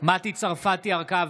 מטי צרפתי הרכבי,